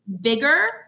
bigger